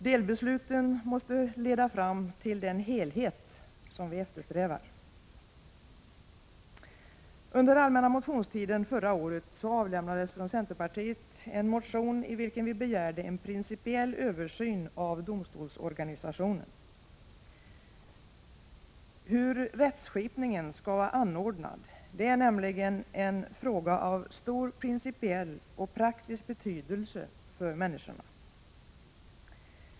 Delbesluten måste leda fram till den helhet som vi eftersträvar. Under allmänna motionstiden förra året avlämnades från centerpartiet en motion i vilken vi begärde en principiell översyn av domstolsorganisationen. Hur rättskipningen skall vara anordnad är nämligen en fråga av stor principiell och praktisk betydelse för människorna.